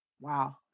Wow